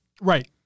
Right